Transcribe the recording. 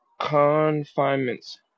confinements